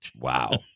Wow